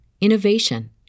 innovation